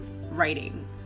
writing